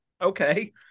okay